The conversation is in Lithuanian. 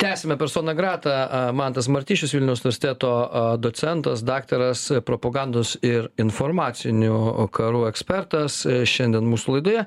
tęsiame persona grata mantas martišius vilniaus universiteto docentas daktaras propagandos ir informacinių karų ekspertas šiandien mūsų laidoje